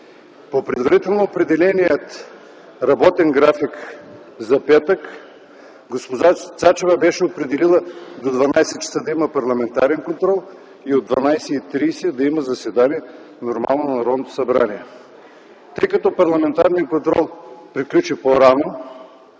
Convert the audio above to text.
По предварителния работен график за петък госпожа Цачева беше определила до 12,00 ч. да има парламентарен контрол и от 12,30 ч. да има нормално заседание на Народното събрание. Тъй като парламентарният контрол приключи по-рано,